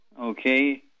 okay